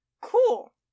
Cool